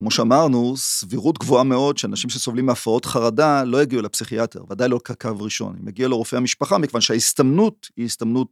כמו שאמרנו, סבירות גבוהה מאוד, שאנשים שסובלים מהפרעות חרדה, לא יגיעו לפסיכיאטר, ודאי לא כקו ראשון. הם יגיעו לרופא המשפחה, מכיוון שההסתמנות היא הסתמנות.